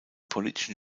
politischen